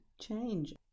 change